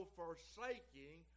forsaking